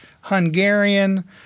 Hungarian